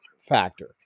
factor